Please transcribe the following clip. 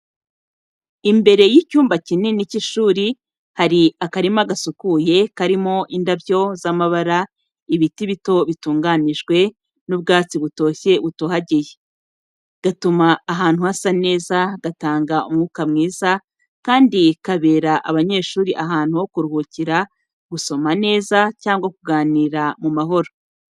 Imbere y’icyumba kinini cy’ishuri hari akarima gasukuye, karimo indabyo z’amabara, ibiti bito byatunganyijwe, n’ubwatsi butoshye butohagiye. Gatuma ahantu hasa neza, gatanga umwuka mwiza, kandi kabera abanyeshuri ahantu ho kuruhukira, gusoma neza cyangwa kuganira mu mahoro.